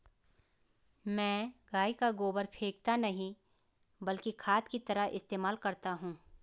मैं गाय का गोबर फेकता नही बल्कि खाद की तरह इस्तेमाल करता हूं